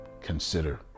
consider